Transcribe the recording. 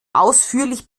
ausführlich